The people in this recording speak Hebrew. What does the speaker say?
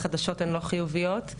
החדשות הן לא חיוביות,